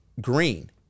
green